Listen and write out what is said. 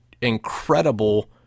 incredible